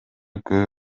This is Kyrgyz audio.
көбү